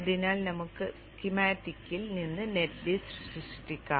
അതിനാൽ നമുക്ക് സ്കീമാറ്റിക്കിൽ നിന്ന് നെറ്റ് ലിസ്റ്റ് സൃഷ്ടിക്കാം